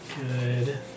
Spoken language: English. Good